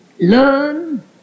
learn